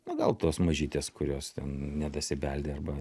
na gal tos mažytės kurios ten nedasibeldė arba